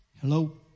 Hello